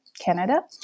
Canada